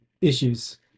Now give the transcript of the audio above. issues